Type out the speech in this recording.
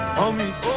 homies